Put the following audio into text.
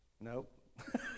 Nope